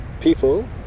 people